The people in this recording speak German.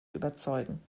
überzeugen